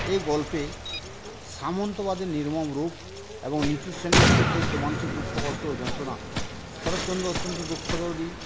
এ গল্পে সামন্তবাদের নির্মম রূপ এবং নিচু শ্রেণীর হতদরিদ্র মানুষের দুঃখ কষ্ট ও যন্ত্রণা শরৎচন্দ্র অত্যন্ত দুঃখ দরদী